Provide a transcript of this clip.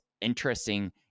interesting